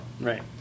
Right